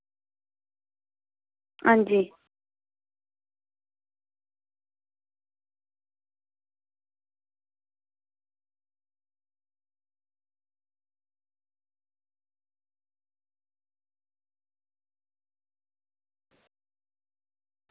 अंजी